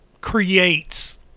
creates